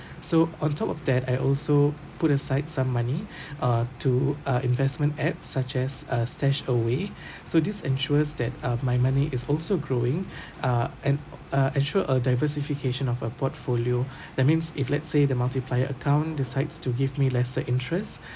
so on top of that I also put aside some money uh to uh investment apps such as uh StashAway so this ensures that uh my money is also growing uh and uh ensure a diversification of a portfolio that means if let's say the multiplier account decides to give me lesser interest